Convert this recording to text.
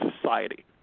society